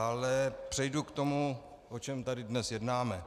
Ale přejdu k tomu, o čem tady dnes jednáme.